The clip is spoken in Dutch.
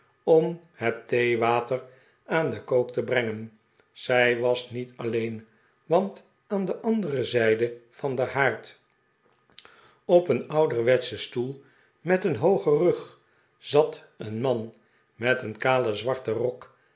om net theewater aan den kook te brengen zij was niet alleen want aan de andere zijde van den haard op een ouderwetschen stoel met een hoogen rug zat een man met een kalen zwarten rok